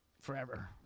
forever